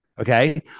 Okay